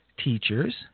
Teachers